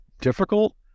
difficult